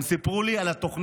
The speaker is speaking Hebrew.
הם סיפרו לי על התוכנית,